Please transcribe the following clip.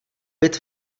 byt